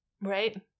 Right